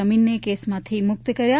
અમીનને કેસમાંથી મૂક્ત કર્યા